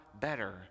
better